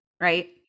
right